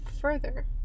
further